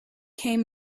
came